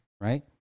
right